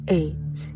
eight